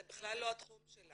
זה בכלל לא התחום שלה.